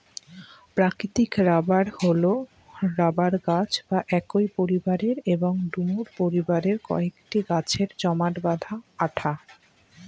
প্রাকৃতিক রবার হল রবার গাছ বা একই পরিবারের এবং ডুমুর পরিবারের কয়েকটি গাছের জমাট বাঁধা আঠা